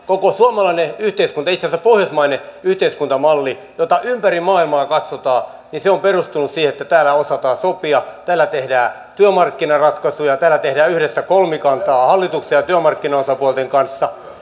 koko suomalainen yhteiskunta itse asiassa pohjoismainen yhteiskuntamalli jota ympäri maailmaa katsotaan on perustunut siihen että täällä osataan sopia täällä tehdään työmarkkinaratkaisuja täällä tehdään yhdessä kolmikantaa hallituksen ja työmarkkinaosapuolten kanssa